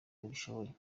babishoboye